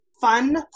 fun